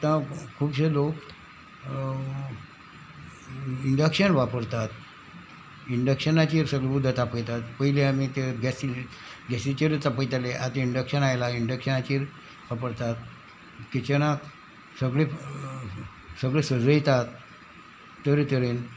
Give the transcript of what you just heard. आतां खुबशे लोक इंडक्शन वापरतात इंडक्शनाचेर सगळें उदक तापयतात पयलीं आमी ते गॅसि गॅसीचेरूच चापयताले आतां इंडक्शन आयला इंडक्शनाचेर वापरतात किचनांत सगळे सगळे सजयतात तरेतरेन